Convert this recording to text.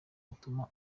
gutuma